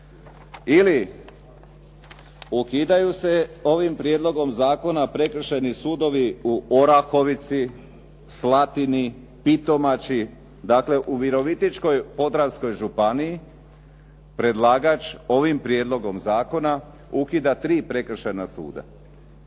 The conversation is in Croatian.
Ili, ukidaju se ovim prijedlogom zakoni prekršajni sudovi u Orahovici, Slatini, Pitomači, dakle u Virovitičko-podravskoj županiji. Predlagač ovim prijedlogom zakona ukida tri prekršajna suda.